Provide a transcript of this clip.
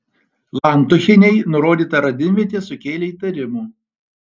lantuchienei nurodyta radimvietė sukėlė įtarimų